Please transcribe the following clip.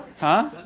huh?